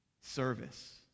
service